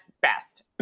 best